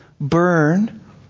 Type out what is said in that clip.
Burn